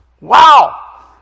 Wow